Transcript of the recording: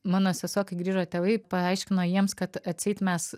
mano sesuo kai grįžo tėvai paaiškino jiems kad atseit mes